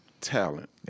talent